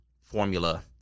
formula